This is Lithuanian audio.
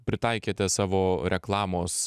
pritaikėte savo reklamos